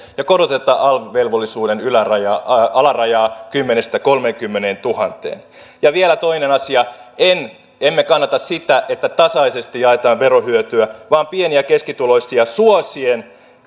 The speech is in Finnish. ja koroteta alv velvollisuuden alarajaa alarajaa kymmenestätuhannesta kolmeenkymmeneentuhanteen ja vielä toinen asia emme kannata sitä että tasaisesti jaetaan verohyötyä vaan se on tehtävä pieni ja keskituloisia suosien